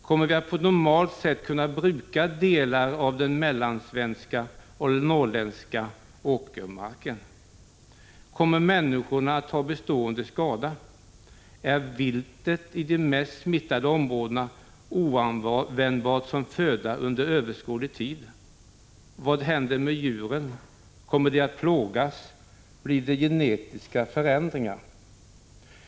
Kommer vi att på normalt sätt kunna bruka delar av den mellansvenska och norrländska åkermarken? Kommer människorna att ta bestående skada? Är viltet i de mest smittade områdena oanvändbart som föda under överskådlig tid? Vad händer med djuren? Kommer de att plågas? Blir det genetiska förändringar?